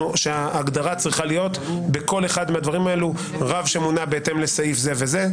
שהגדרה צריכה להיות בכל אחד מהדברים האלו: רב שמונה בהתאם לסעיף זה וזה,